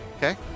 Okay